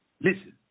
Listen